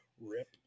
Rip